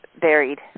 buried